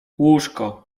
łóżko